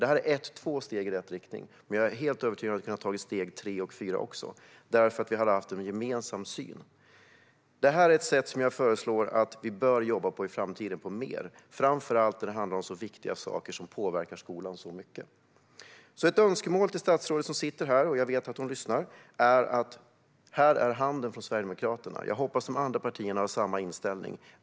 Det här är två steg i rätt riktning, men jag är helt övertygad om att vi med en gemensam syn hade kunnat ta steg tre och fyra också. Det här är ett sätt som jag föreslår att vi bör jobba på mer i framtiden, framför allt när det handlar om så viktiga saker som påverkar skolan så mycket. Jag har ett önskemål till statsrådet som sitter här. Jag vet att hon lyssnar. Här är handen från Sverigedemokraterna! Jag hoppas att de andra partierna har samma inställning.